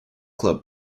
club